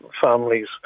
families